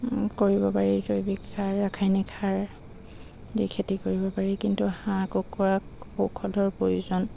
কৰিব পাৰি জৈৱিক সাৰ ৰাসায়নিক সাৰ দি খেতি কৰিব পাৰি কিন্তু হাঁহ কুকুৰাক ঔষধৰ প্ৰয়োজন